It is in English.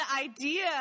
idea